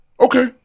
Okay